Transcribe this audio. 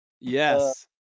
Yes